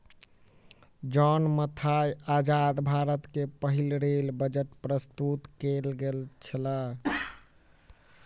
John Mathai आजाद भारत के पहिल रेल बजट प्रस्तुत केनई छला